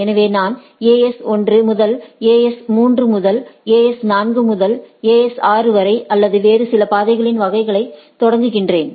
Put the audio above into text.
எனவே நான் AS 1 முதல் AS 3 முதல் AS 4 முதல் AS 6 வரை அல்லது வேறு சில பாதைகளின் வகைகளை தொடங்குகிறேன்